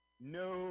No